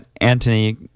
Antony